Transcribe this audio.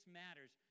matters